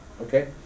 okay